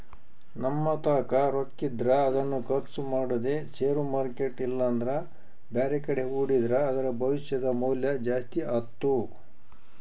ನಮ್ಮತಾಕ ರೊಕ್ಕಿದ್ರ ಅದನ್ನು ಖರ್ಚು ಮಾಡದೆ ಷೇರು ಮಾರ್ಕೆಟ್ ಇಲ್ಲಂದ್ರ ಬ್ಯಾರೆಕಡೆ ಹೂಡಿದ್ರ ಅದರ ಭವಿಷ್ಯದ ಮೌಲ್ಯ ಜಾಸ್ತಿ ಆತ್ತು